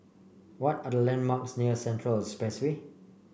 what are the landmarks near Central Expressway